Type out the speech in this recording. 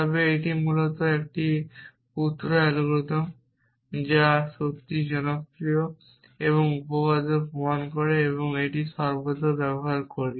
তবে এটি মূলত এটিই পুত্র অ্যালগরিদম যা সত্যিই জনপ্রিয় এবং উপপাদ্য প্রমাণ করে এবং আমরা এটি সর্বদা ব্যবহার করি